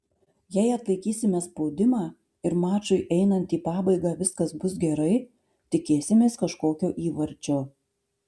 jei atlaikysime spaudimą ir mačui einant į pabaigą viskas bus gerai tikėsimės kažkokio įvarčio